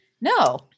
No